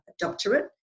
doctorate